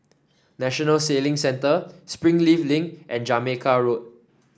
National Sailing Centre Springleaf Link and Jamaica Road